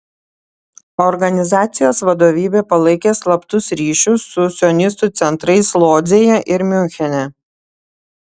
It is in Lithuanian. organizacijos vadovybė palaikė slaptus ryšius su sionistų centrais lodzėje ir miunchene